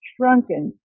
shrunken